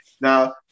Now